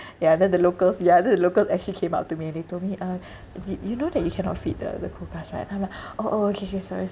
ya and then the locals ya then the local actually came up to me and they told me uh did you know that you cannot feed the the quokkas right I'm like oh oh okay okay sorry sorry